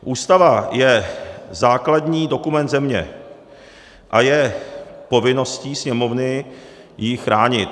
Ústava je základní dokument země a je povinností Sněmovny ji chránit.